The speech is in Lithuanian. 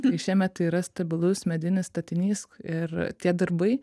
tai šiemet tai yra stabilus medinis statinys ir tie darbai